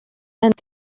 and